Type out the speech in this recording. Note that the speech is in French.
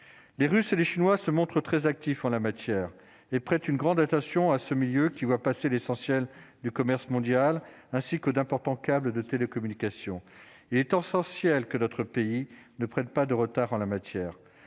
les Russes et les Chinois se montre très actif en la matière est prête une grande attention à ce milieu qui voit passer l'essentiel du commerce mondial, ainsi que d'importants câbles de télécommunications, il est temps essentiel que notre pays ne prenne pas de retard en la matière